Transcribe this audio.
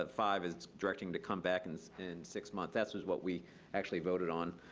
but five, is directing to come back in so and six month. that's was what we actually voted on,